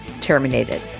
terminated